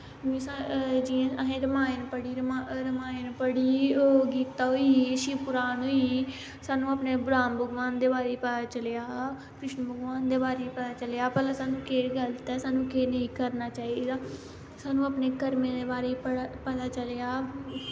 जियां असैं रमायन पढ़ी रमायन पढ़ी गीता होई शिवपुराण होई स्हानू अपने राम भगवान दे बारे च पता चलेआ कृष्ण भगवान दे बारे च पता चलेआ भला स्हानू केह् गल्त ऐ स्हानू केह् नेईं करना चाही दा स्हानू अपने कर्में दे बारे च पता चलेआ